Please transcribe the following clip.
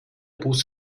bus